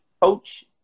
Coach